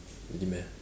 really meh